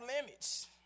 limits